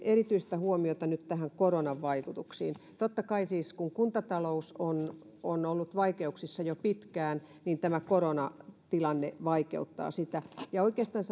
erityistä huomiota nyt näihin koronan vaikutuksiin kun kuntatalous on on ollut vaikeuksissa jo pitkään niin totta kai tämä koronatilanne vaikeuttaa sitä ja oikeastaan